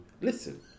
listen